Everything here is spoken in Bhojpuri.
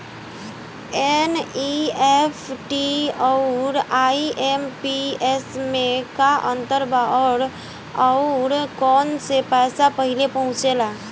एन.ई.एफ.टी आउर आई.एम.पी.एस मे का अंतर बा और आउर कौना से पैसा पहिले पहुंचेला?